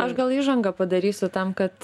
aš gal įžangą padarysiu tam kad